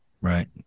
right